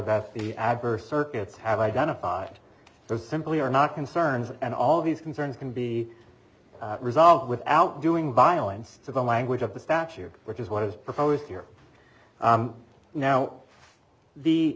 that the adverse circuits have identified those simply are not concerns and all these concerns can be resolved without doing violence to the language of the statute which is what is proposed here now the